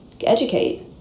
Educate